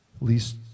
least